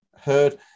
heard